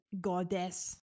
goddess